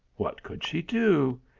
what could she do?